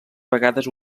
vegades